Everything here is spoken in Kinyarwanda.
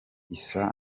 isa